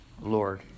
Lord